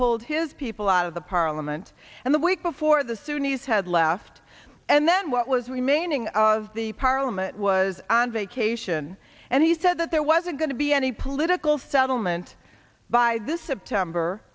pulled his people out of the parliament and the week before the sunni's had left and then what was remaining of the parliament was on vacation and he said that there wasn't going to be any political settlement by this september